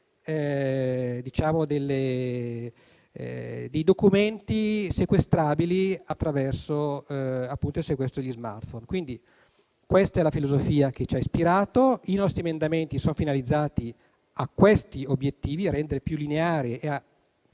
dei documenti sequestrabili attraverso il sequestro degli *smartphone*. Quindi, questa è la filosofia che ci ha ispirato. I nostri emendamenti sono finalizzati a questi obiettivi e a rendere più lineare ed